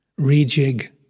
rejig